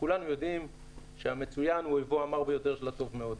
כולנו יודעים שה"מצוין" הוא אויבו הרע ביותר של ה"טוב מאוד".